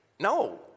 No